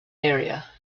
area